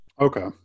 Okay